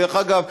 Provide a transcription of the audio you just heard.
דרך אגב,